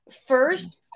first